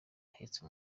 ahetse